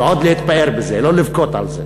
ועוד להתפאר בזה, לא לבכות על זה.